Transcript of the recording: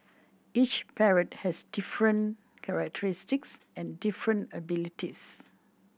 each parrot has different characteristics and different abilities